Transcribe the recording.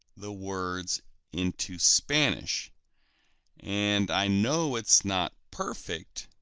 the words into spanish and i know it's not perfect